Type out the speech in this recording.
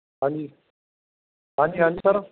ਹਾਂਜੀ ਹਾਂਜੀ ਹਾਂਜੀ ਸਰ